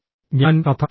ഞാൻ കഥ പറയാം